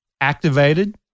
activated